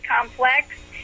complex